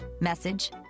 message